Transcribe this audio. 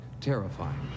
terrifying